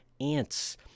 ants